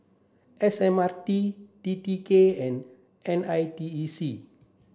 S M R T T T K and N I T E C